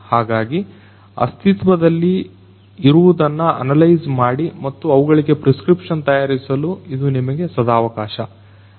ಹಾಗಾಗಿ ಅಸ್ತಿತ್ವದಲ್ಲಿ ಇರುವುದನ್ನು ಅನಲೈಜ್ ಮಾಡಿ ಮತ್ತು ಅವುಗಳಿಗೆ ಪ್ರೆಸ್ಕ್ರಿಪ್ಷನ್ ತಯಾರಿಸಲು ಇದು ನಮಗೆ ಸದಾವಕಾಶ